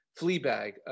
Fleabag